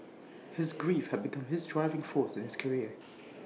his grief had become his driving force in his career